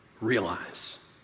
realize